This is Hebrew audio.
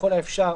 ככל האפשר,